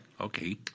Okay